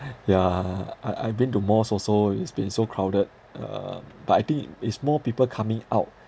yeah I I've been to malls also it's been so crowded um but I think is more people coming out